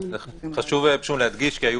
חשוב להדגיש, כי היו